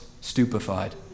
stupefied